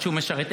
שהוא משרת,